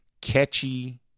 catchy